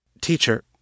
Teacher